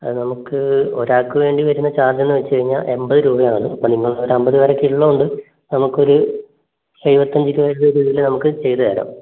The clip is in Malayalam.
അത് നമുക്ക് ഒരാൾക്ക് വേണ്ടി വരുന്ന ചാർജ് എന്ന് വെച്ച് കഴിഞ്ഞാൽ എൺപത് രൂപയാണ് മിനിമം ഒരു അമ്പത് പേരൊക്കെ ഉള്ളതുകൊണ്ട് നമുക്ക് ഒരു ഏഴുപത്തഞ്ച് രൂപയുടെ ഉള്ളിൽ നമുക്ക് ചെയ്ത് തരാം